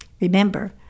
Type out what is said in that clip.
Remember